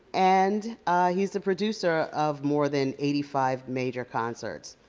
and he's the producer of more than eighty five major concerts.